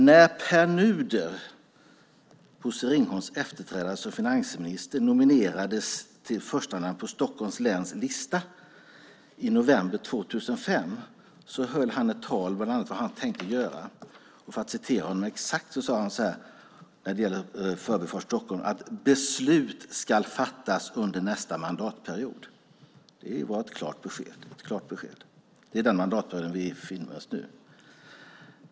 När Pär Nuder, Bosse Ringholms efterträdare som finansminister, nominerades till första namn på Stockholms läns lista i november 2005 höll han ett tal om vad han tänkte göra. Han sade när det gällde Förbifart Stockholm: "Beslut ska fattas under nästa mandatperiod." Det var ett klart besked. Det är den mandatperiod vi befinner oss i.